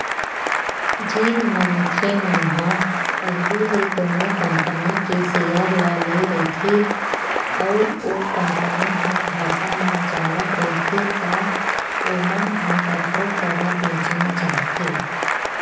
जेन मनखे मन ह पहिली ले कोनो कंपनी के सेयर ल लेए रहिथे अउ ओ कंपनी ह घाटा म जावत रहिथे त ओमन ह कखरो करा बेंचना चाहथे